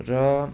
र